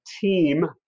team